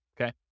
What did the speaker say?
okay